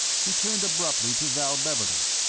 he turned abruptly to val beverley.